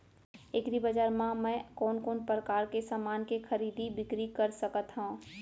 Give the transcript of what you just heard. एग्रीबजार मा मैं कोन कोन परकार के समान के खरीदी बिक्री कर सकत हव?